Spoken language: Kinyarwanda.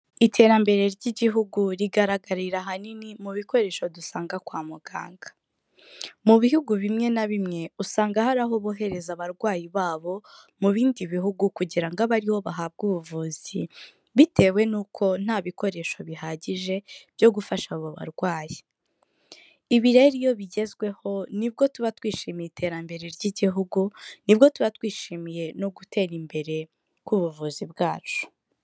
Iterambere ry'igihugu rigaragarira ahanini mu bikoresho dusanga kwa muganga. Mu bihugu bimwe na bimwe usanga hari aho bohereza abarwayi babo mu bindi bihugu kugira ngo abe ariho bahabwa ubuvuzi bitewe n'uko nta bikoresho bihagije byo gufasha abo barwayi. Ibi rero iyo bigezweho nibwo tuba twishimiye iterambere ry'igihugu, nibwo tuba twishimiye no gutera imbere k'ubuvuzi bwacu.